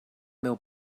meu